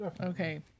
okay